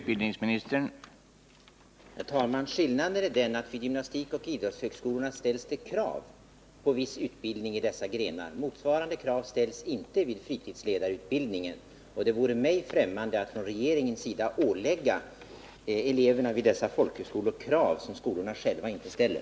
Herr talman! Skillnaden är den att det vid gymnastikoch idrottshögskolorna ställs krav på viss färdighet i olika idrottsgrenar. Motsvarande krav ställs inte vid fritidsledarutbildningen, och det vore mig främmande att vi från regeringens sida skulle ålägga eleverna vid dessa folkhögskolor krav som skolorna själva inte ställer.